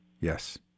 Yes